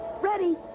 Ready